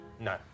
No